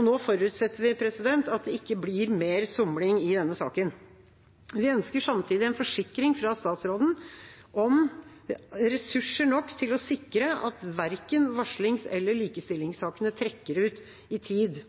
Nå forutsetter vi at det ikke blir mer somling i denne saken. Vi ønsker samtidig en forsikring fra statsråden om ressurser nok til å sikre at verken varslings- eller likestillingssakene trekker ut i tid.